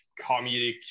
comedic